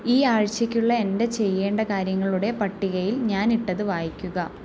ഈ ആഴ്ചയ്ക്കുള്ള എൻ്റെ ചെയ്യേണ്ട കാര്യങ്ങളുടെ പട്ടികയിൽ ഞാൻ ഇട്ടത് വായിക്കുക